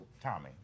Tommy